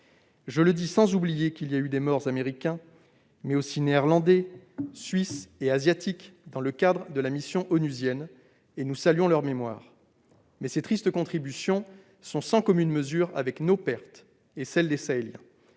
Je le dis sans oublier qu'il y a eu des morts américains, mais aussi néerlandais, suisses et asiatiques dans le cadre de la mission onusienne. Nous saluons leur mémoire. Ces tristes contributions sont cependant sans commune mesure avec nos pertes et celles des Sahéliens.